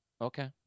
Okay